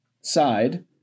side